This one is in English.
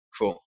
Cool